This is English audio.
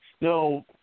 no